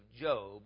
Job